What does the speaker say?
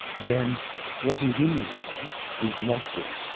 then what is in the world is not will.